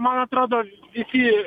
man atrodo iki